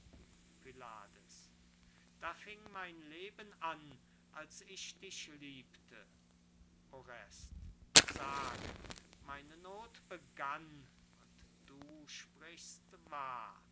pylades da fing mein leben an als ich dich liebte orest sag meine noth begann und du sprichst wahr